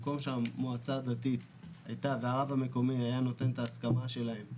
במקום שהמועצה הדתית והרב המקומי היה נותן את ההסכמה שלהם,